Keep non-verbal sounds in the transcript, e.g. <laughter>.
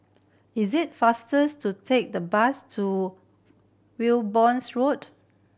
is it faster <unintelligible> to take the bus to <unintelligible> Road